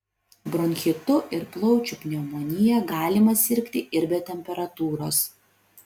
bronchitu ir plaučių pneumonija galima sirgti ir be temperatūros